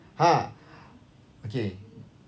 ha okay